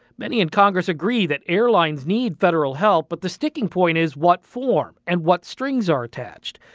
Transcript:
many in congress agree that airlines need federal help, but the sticking point is what form and what strings are attached?